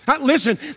Listen